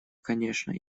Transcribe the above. конечно